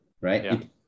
right